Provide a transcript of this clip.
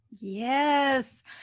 Yes